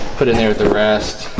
put in there at the rest